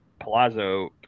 Palazzo